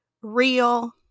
real